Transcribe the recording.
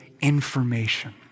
information